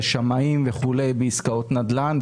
לשמאים וכו' בעסקאות נדל"ן.